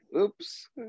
Oops